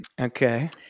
Okay